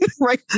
right